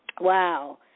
wow